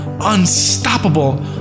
unstoppable